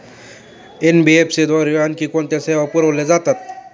NBFC द्वारे आणखी कोणत्या सेवा पुरविल्या जातात?